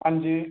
हांजी